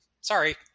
Sorry